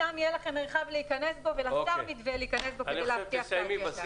שם יהיה לכם מרחב להיכנס בו ולשר מתווה להיכנס בו כדי להבטיח שכך יהיה.